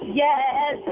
yes